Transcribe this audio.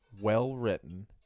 well-written